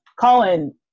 Colin